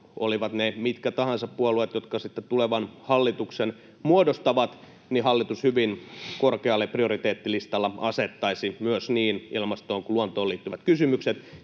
olivat ne mitkä tahansa puolueet, jotka sitten tulevan hallituksen muodostavat, hallitus hyvin korkealle prioriteettilistalla asettaisi myös niin ilmastoon kuin luontoon liittyvät kysymykset